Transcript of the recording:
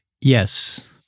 Yes